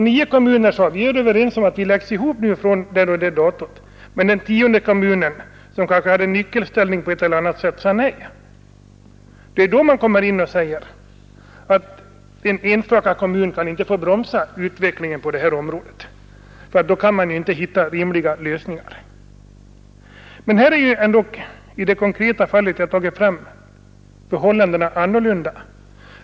Nio kommuner sade att vi är överens om att vi skall läggas ihop den och den dagen, men den tionde kommunen, som kanske hade en nyckelställning i något avseende, sade nej. I ett sådant fall är resonemanget om att en enstaka kommun inte kan få bromsa utvecklingen på detta område riktig, men i det konkreta fall som jag har tagit fram är dock förhållandena annorlunda.